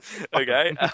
Okay